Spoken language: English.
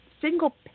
single